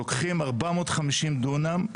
לוקחים 450 דונם,